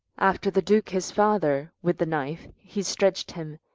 after the duke his father, with the knife he stretch'd him,